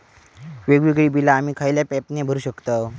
वेगवेगळी बिला आम्ही खयल्या ऍपने भरू शकताव?